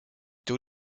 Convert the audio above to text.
doe